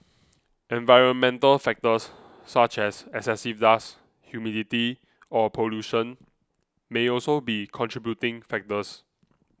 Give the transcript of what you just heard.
environmental factors such as excessive dust humidity or pollution may also be contributing factors